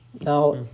Now